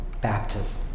baptism